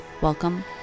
Welcome